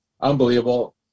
unbelievable